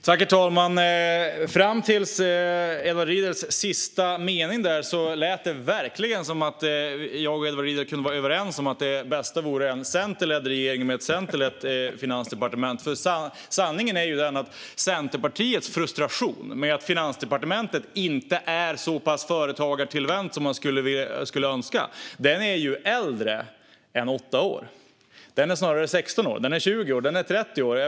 Herr talman! Fram till Edward Riedls sista mening lät det verkligen som att jag och Edward Riedl kunde vara överens om att det bästa vore en centerledd regering med ett centerlett finansdepartement. Sanningen är den att Centerpartiets frustration med att Finansdepartementet inte är så pass företagartillvänt som man skulle önska är äldre än 8 år. Den är snarare 16 år, 20 år eller 30 år.